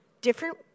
Different